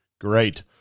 Great